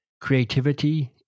creativity